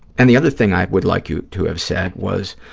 and the other thing i would like you to have said was,